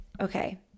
okay